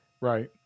right